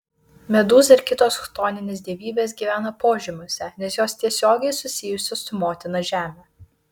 medūza ir kitos chtoninės dievybės gyvena požemiuose nes jos tiesiogiai susijusios su motina žeme